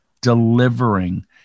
delivering